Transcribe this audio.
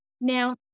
Now